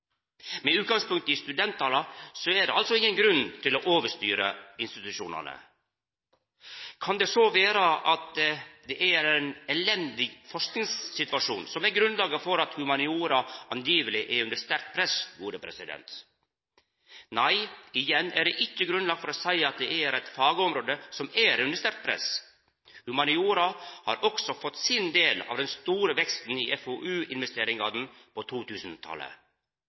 Med utgangspunkt i studenttala er det altså ingen grunn til å overstyra institusjonane. Kan det så vera at det er ein elendig forskingssituasjon som er grunnlaget for at humaniora tilsynelatande er under sterkt press? Nei, igjen er det ikkje grunnlag for å seia at det er eit fagområde som er under sterkt press. Humaniora har også fått sin del av den store veksten i FoU-investeringane på